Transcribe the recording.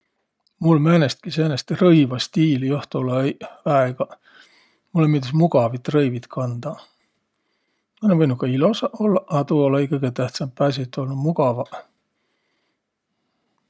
Mul määnestki säänest rõivastiili joht olõ-õiq väegaq. Mullõ miildüs mugavit rõivit kandaq, a naaq võinuq ka ilosaq ollaq, a tuu olõ-õi kõgõ tähtsämb. Pääasi, et olnuq mugavaq.